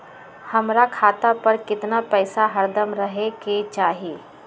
हमरा खाता पर केतना पैसा हरदम रहे के चाहि?